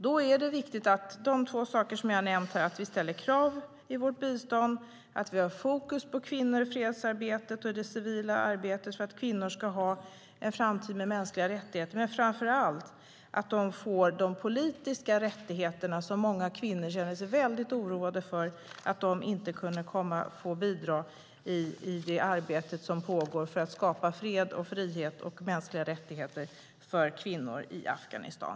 Då är det som sagt viktigt att vi ställer krav i vårt bistånd och att vi har fokus på kvinnor i fredsarbetet och i det civila arbetet så att kvinnor får en framtid med mänskliga rättigheter. Framför allt är det viktigt att de får politiska rättigheter. Många kvinnor känner sig i dag oroliga för att de inte ska få bidra i det arbete som pågår för att skapa fred, frihet och mänskliga rättigheter för kvinnor i Afghanistan.